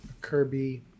Kirby